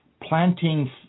planting